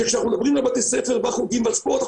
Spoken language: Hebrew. שכשאנחנו מדברים על בתי הספר ועל החוגים והספורט,